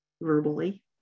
verbally